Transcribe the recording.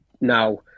now